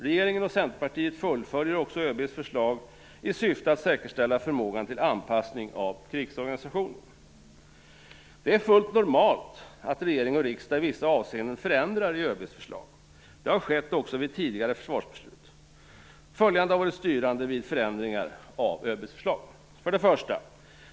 Regeringen och Centerpartiet fullföljer också Det är fullt normalt att regering och riksdag i vissa avseenden förändrar ÖB:s förslag. Det har skett också vid tidigare försvarsbeslut. Följande har varit styrande vid förändringar av ÖB:s förslag: 1.